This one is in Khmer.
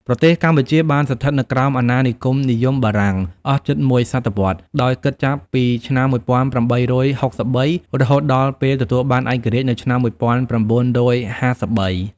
ប្រទេសកម្ពុជា បានស្ថិតនៅក្រោមអាណានិគមនិយមបារាំង អស់ជិតមួយសតវត្ស ដោយ គិតចាប់ពីឆ្នាំ១៨៦៣ រហូតដល់ ពេលទទួលបានឯករាជ្យនៅឆ្នាំ១៩៥៣។